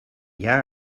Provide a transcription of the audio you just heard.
jaar